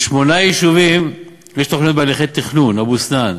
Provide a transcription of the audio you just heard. לשמונה יישובים יש תוכניות בהליכי תכנון: אבו-סנאן,